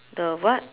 the what